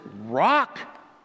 rock